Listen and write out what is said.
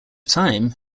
time